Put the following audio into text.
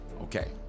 Okay